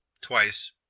twice